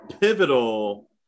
pivotal